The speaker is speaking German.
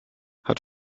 hat